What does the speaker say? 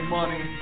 Money